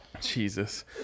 Jesus